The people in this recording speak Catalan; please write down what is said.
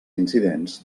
incidents